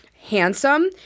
handsome